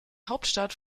hauptstadt